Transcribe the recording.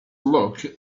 look